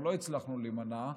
אבל לא הצלחנו להימנע,